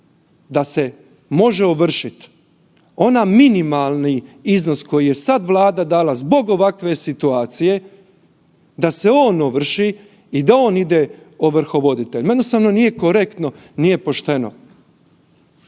da se može ovršiti onaj minimalni iznos koji se sad Vlada dala zbog ovakve situacije da se on ovrši i da on ide ovrhovoditeljima, jednostavno nije korektno, nije pošteno.